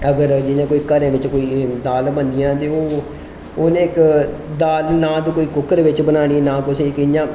अगर जि'यां कोई घरें बिच दाल बनदियां हून इक दाल नां तू कोई कुकर बिच्च बनानी ना कुसै गी कि'यां